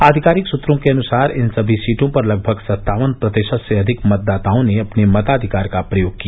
आधिकारिक सुत्रों के अनुसार इन सभी सीटों पर लगभग सत्तावन प्रतिषत से अधिक मतदाताओं ने अपने मताधिकार का उपयोग किया